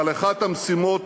אבל אחת המשימות